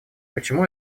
почему